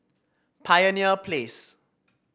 Pioneer Place